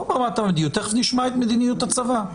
לא ברמת המדיניות, תיכף נשמע את מדיניות הצבא.